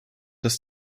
das